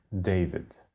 David